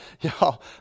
Y'all